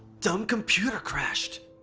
dumb computer crashed!